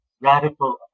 radical